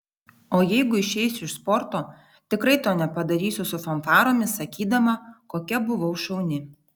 o jeigu išeisiu iš sporto tikrai to nepadarysiu su fanfaromis sakydama kokia buvau šauni